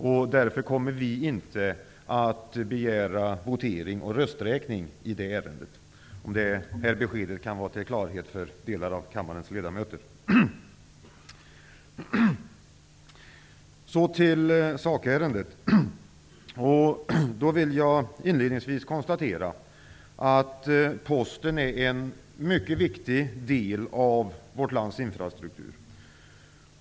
Därför kommer vi inte att begära votering och rösträkning i det ärendet. Jag hoppas att det beskedet kan ge kammarens ledamöter klarhet i detta. Låt mig sedan gå över till sakärendet. Då vill jag inledningsvis konstatera att Posten är en mycket viktig del av vårt lands infrastruktur.